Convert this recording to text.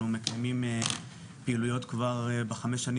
אנחנו מקיימים פעילויות כבר בחמש השנים